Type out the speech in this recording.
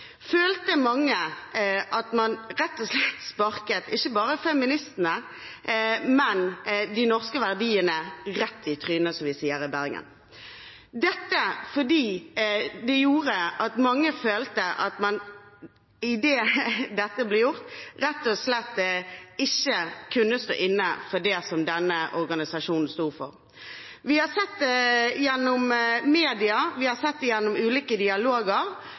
følte mange at man rett og slett sparket ikke bare feministene, men også de norske verdiene, rett i trynet, som vi sier i Bergen. Mange følte at de idet dette ble gjort, rett og slett ikke kunne stå inne for det denne organisasjonen sto for. Vi har sett gjennom media, og vi har sett gjennom ulike dialoger,